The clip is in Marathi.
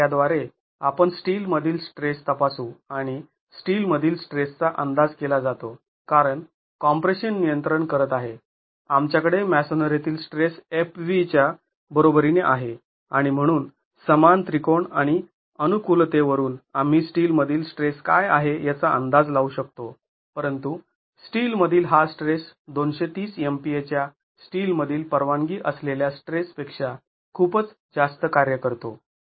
आता त्याद्वारे आपण स्टील मधील स्ट्रेस तपासू आणि स्टील मधील स्ट्रेसचा अंदाज केला जातो कारण कॉम्प्रेशन नियंत्रण करत आहे आमच्याकडे मॅसोनरीतील स्ट्रेस Fb च्या बरोबरीने आहे आणि म्हणून समान त्रिकोण आणि अनुकूलतेवरून आम्ही स्टील मधील स्ट्रेस काय आहे याचा अंदाज लावू शकतो परंतु स्टील मधील हा स्ट्रेस २३० MPa च्या स्टील मधील परवानगी असलेल्या स्ट्रेस पेक्षा खूपच जास्त कार्य करतो